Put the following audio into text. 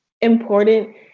important